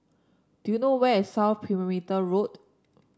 do you know where is South Perimeter Road